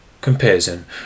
Comparison